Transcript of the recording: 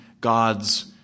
God's